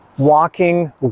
walking